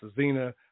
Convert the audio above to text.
Zena